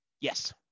Yes